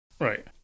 right